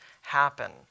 happen